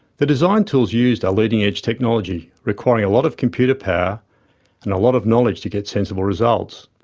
the design tools used are leading edge technology, requiring a lot of computer power and a lot of knowledge to get sensible results.